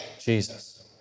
Jesus